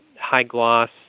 high-gloss